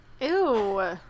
Ew